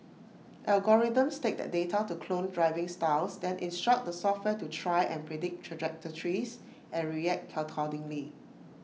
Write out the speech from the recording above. algorithms take that data to clone driving styles then instruct the software to try and predict trajectories and react accordingly